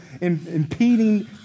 impeding